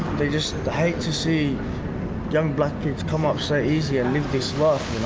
they just hate to see young black kids come up so easy and live this life.